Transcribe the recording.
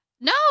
no